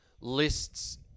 lists